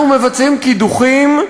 אנחנו מבצעים קידוחים,